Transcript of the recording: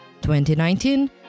2019